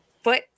foot